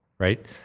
Right